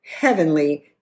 heavenly